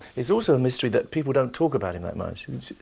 it's also a mystery that people don't talk about him that much.